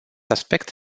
aspect